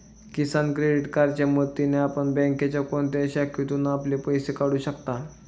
किसान credit कार्डच्या मदतीने आपण बँकेच्या कोणत्याही शाखेतून आपले पैसे काढू शकता